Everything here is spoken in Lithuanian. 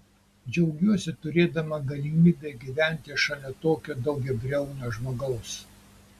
džiaugiuosi turėdama galimybę gyventi šalia tokio daugiabriaunio žmogaus